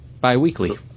bi-weekly